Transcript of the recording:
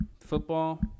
Football